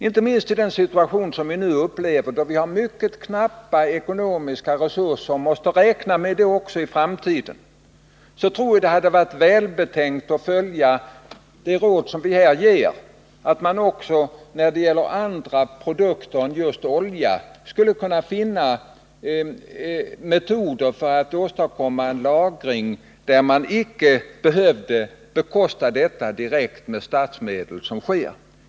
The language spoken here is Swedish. Inte minst i den situation vi nu upplever, då vi har mycket knappa ekonomiska resurser och måste räkna med det också i framtiden, tror jag det hade varit välbetänkt att följa det råd vi här ger, nämligen att man även när det gäller andra produkter än olja skulle kunna finna metoder för att åstadkomma en lagring som inte behöver bekostas direkt med statsmedel såsom nu sker.